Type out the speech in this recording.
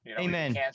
Amen